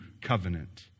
covenant